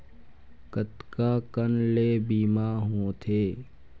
कतका कन ले बीमा होथे?